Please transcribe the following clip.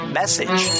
message